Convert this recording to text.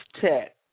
Tech